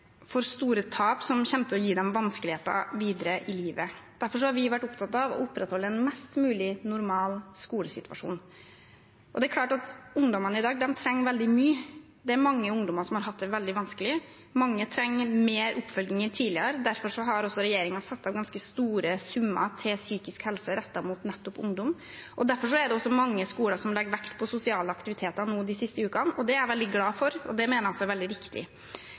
store tap som kommer til å gi dem vanskeligheter videre i livet. Derfor har vi vært opptatt av å opprettholde en mest mulig normal skolesituasjon. Det er klart at ungdommene i dag trenger veldig mye. Det er mange ungdommer som har hatt det veldig vanskelig. Mange trenger mer oppfølging enn tidligere. Derfor har også regjeringen satt av ganske store summer til psykisk helse rettet mot nettopp ungdom. Derfor legger også mange skoler vekt på sosiale aktiviteter nå de siste ukene, og det er jeg veldig glad for, og det mener jeg også er veldig riktig.